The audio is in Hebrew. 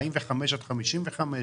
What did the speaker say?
1945 עד 1955?